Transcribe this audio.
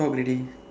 already